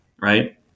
right